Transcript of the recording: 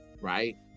right